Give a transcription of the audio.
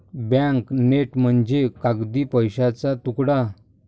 bank note म्हणजे कागदी पैशाचा तुकडा